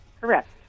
Correct